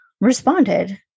responded